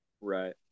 right